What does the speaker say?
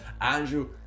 andrew